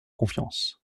confiance